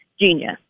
genius